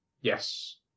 Yes